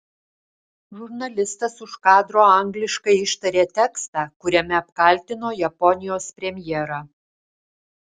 žurnalistas už kadro angliškai ištarė tekstą kuriame apkaltino japonijos premjerą